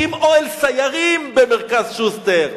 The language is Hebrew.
מקים אוהל סיירים במרכז שוסטר.